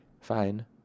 Fine